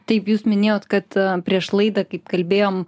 taip jūs minėjot kad prieš laidą kaip kalbėjom